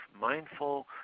mindful